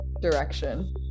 direction